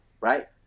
right